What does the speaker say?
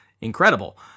incredible